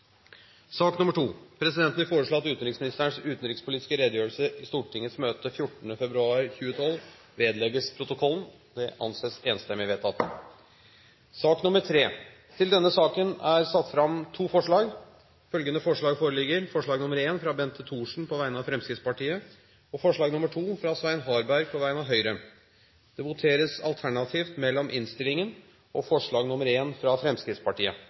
sak nr. 6 avsluttet. Da er Stortinget klar til å gå til votering over dagens kart. Presidenten vil foreslå at utenriksministerens utenrikspolitiske redegjørelse i Stortingets møte 14. februar 2012 vedlegges protokollen. – Det anses vedtatt. Under debatten er det satt fram to forslag. Det er forslag nr. 1, fra Bente Thorsen på vegne av Fremskrittspartiet forslag nr. 2, fra Svein Harberg på vegne av Høyre. Forslag